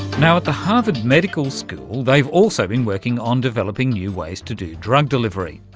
now, at the harvard medical school they've also been working on developing new ways to do drug delivery,